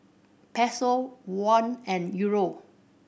Peso Won and Euro